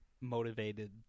motivated